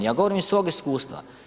Ja govorim iz svog iskustva.